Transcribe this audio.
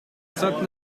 sat